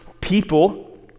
people